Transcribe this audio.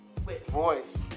Voice